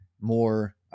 more